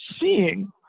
seeing